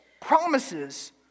promises